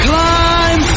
Climb